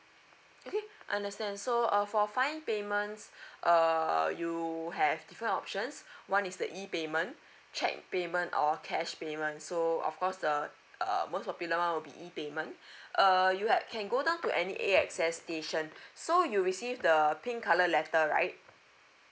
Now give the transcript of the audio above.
okay understand so uh for fine payments err you have different options one is the e payment cheque payment or cash payment so of course the err most popular one will be e payment uh you have can go down to any A_S_X station so you receive the pink colour letter right